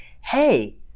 Hey